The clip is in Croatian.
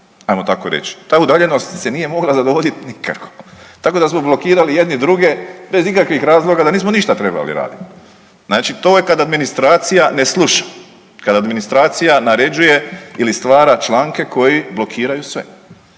ajmo tako reći. Ta udaljenost se nije mogla zadovoljiti nikako. Tako da smo blokirali jedni druge bez ikakvih razloga, da nismo ništa trebali raditi. Znači to je kad administracija ne sluša, kada administracija naređuje ili stvara članke koji blokiraju sve.